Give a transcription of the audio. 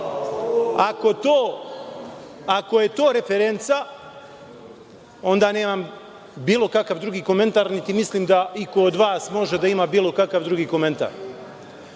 Ako je to referenca, onda nemam bilo kakav drugi komentar, niti mislim da iko od vas može da ima bilo kakav drugi komentar. Ivica